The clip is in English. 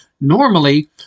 normally